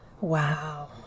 Wow